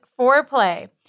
foreplay